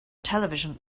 television